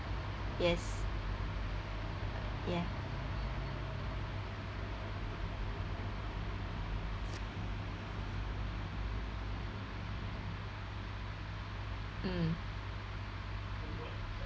yes yeah mm